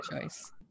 choice